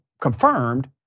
confirmed